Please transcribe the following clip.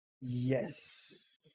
yes